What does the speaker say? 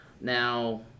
Now